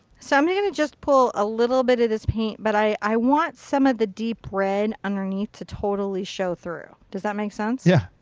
so i'm going to just pull a little bit of this paint but i want some of the deep red underneath to totally show through. does that make sense? yeah.